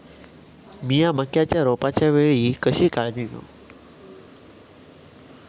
मीया मक्याच्या रोपाच्या वेळी कशी काळजी घेव?